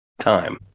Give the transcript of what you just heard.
time